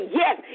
yes